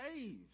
saved